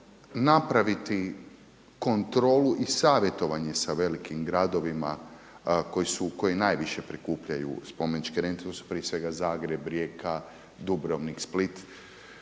napraviti kontrolu i savjetovanje sa velikim gradovima koji najviše prikupljaju spomeničke rente. To su prije svega Zagreb, Rijeka, Dubrovnik, Split